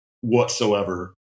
whatsoever